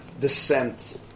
descent